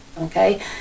okay